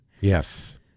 Yes